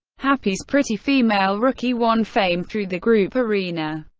happy's pretty female rookie won fame through the group arena.